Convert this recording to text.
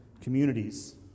communities